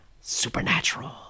supernatural